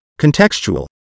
contextual